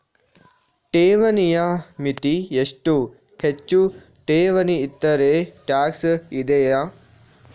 ಠೇವಣಿಯ ಮಿತಿ ಎಷ್ಟು, ಹೆಚ್ಚು ಠೇವಣಿ ಇಟ್ಟರೆ ಟ್ಯಾಕ್ಸ್ ಇದೆಯಾ?